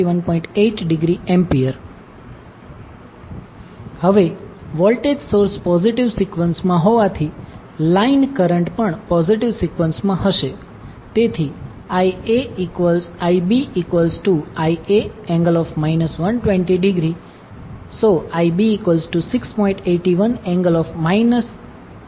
8°A હવે voltage source positive સિકવન્સમાં હોવાથી લાઈન કરંટ પણ પોઝિટિવ સિકવન્સમાં હશે તેથી IbIa∠ 120°6